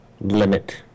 limit